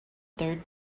third